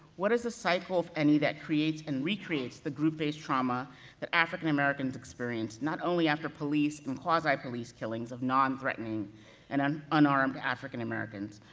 what is the cycle if any, that creates and recreates the group-based trauma that african americans experienced, not only after police and quasi-police killings of non-threatening and um unarmed african americans,